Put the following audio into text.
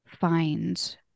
find